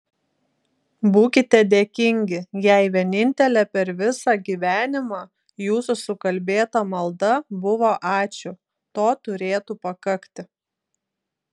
būkite dėkingi jei vienintelė per visą gyvenimą jūsų sukalbėta malda buvo ačiū to turėtų pakakti